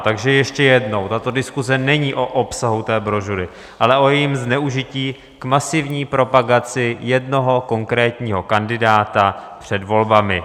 Takže ještě jednou, tato diskuse není o obsahu té brožury, ale o jejím zneužití k masivní propagaci jednoho konkrétního kandidáta před volbami.